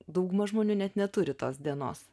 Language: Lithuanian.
dauguma žmonių net neturi tos dienos